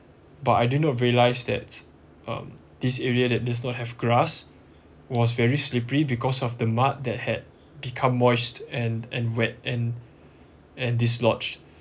but I did not realize that um this area that does not have grass was very slippery because of the mud that had become moist and and wet and and dislodged